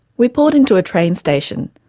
we pulled into a train station,